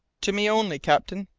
to me only, captain.